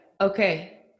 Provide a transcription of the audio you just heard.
okay